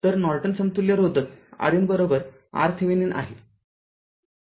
तरनॉर्टन समतुल्य रोधक RN RThevenin आहे